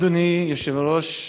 אדוני היושב-ראש,